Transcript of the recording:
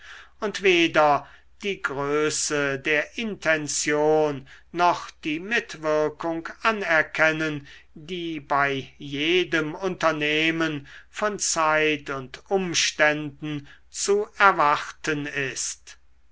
und weder die größe der intention noch die mitwirkung anerkennen die bei jedem unternehmen von zeit und umständen zu erwarten ist